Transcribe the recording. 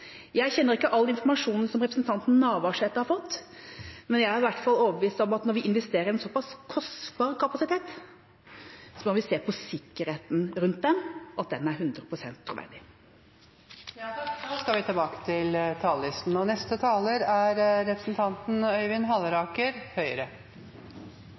Jeg kjenner ikke all informasjonen som representanten Navarsete har fått, men jeg er i hvert fall overbevist om at når vi investerer i en såpass kostbar kapasitet, må vi se på sikkerheten rundt dem, og at den er 100 pst. troverdig. Replikkordskiftet er over. La meg starte med å berømme forsvarsministeren for den åpenhet som har preget arbeidet med langtidsplanen, og